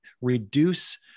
reduce